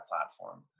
platform